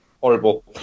Horrible